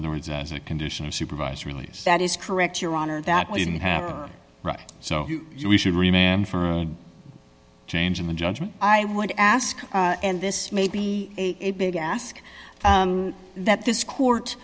other words as a condition of supervised release that is correct your honor that we didn't have a right so we should rename for a change in the judgment i would ask and this may be a big ask that this court